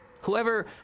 Whoever